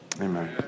amen